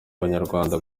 abanyarwanda